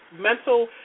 mental